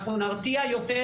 אנחנו נרתיע יותר